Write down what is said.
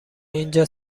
اینجا